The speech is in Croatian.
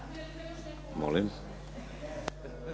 Molim